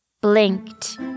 blinked